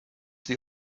sie